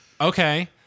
okay